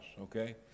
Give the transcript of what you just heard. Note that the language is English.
okay